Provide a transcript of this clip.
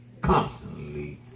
constantly